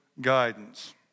guidance